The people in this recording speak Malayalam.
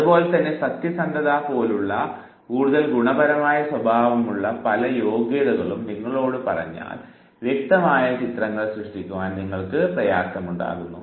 അതുപോലെ തന്നെ സത്യസന്ധത പോലെയുള്ള കൂടുതൽ ഗുണപരമായ സ്വഭാവമുള്ള പല യോഗ്യതകളും നിങ്ങളോട് പറഞ്ഞാൽ വ്യക്തമായ ചിത്രങ്ങൾ സൃഷ്ടിക്കുവാൻ നിങ്ങൾക്ക് പ്രയാസമുണ്ടാകുന്നു